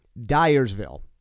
Dyersville